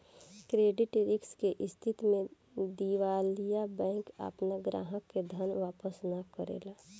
credit risk के स्थिति में दिवालिया बैंक आपना ग्राहक के धन वापस ना करेला